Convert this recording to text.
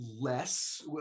less